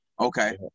okay